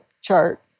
chart